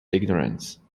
ignorance